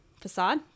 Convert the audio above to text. facade